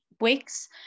weeks